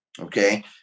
okay